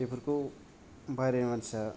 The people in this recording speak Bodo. बेफोरखौ बायरानि मानसिया